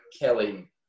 Kelly